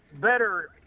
better